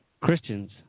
Christians